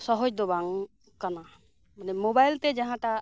ᱥᱚᱦᱚᱡᱽ ᱫᱚ ᱵᱟᱝ ᱠᱟᱱᱟ ᱢᱟᱱᱮ ᱢᱚᱵᱟᱭᱤᱞ ᱛᱮ ᱡᱟᱦᱟᱴᱟᱜ